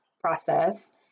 process